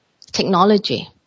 technology